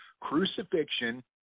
Crucifixion